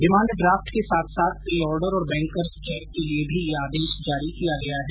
demand draft के साथ साथ पे आर्डर और बैंकर चेक के लिए भी ये आदेश जारी किया गया है